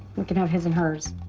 we can have his and hers.